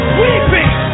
weeping